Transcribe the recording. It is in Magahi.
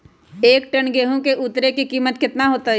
एक टन गेंहू के उतरे के कीमत कितना होतई?